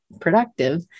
productive